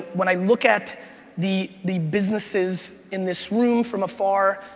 when i look at the the businesses in this room from afar,